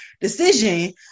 decision